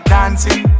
Dancing